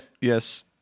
yes